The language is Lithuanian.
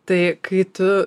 tai kai tu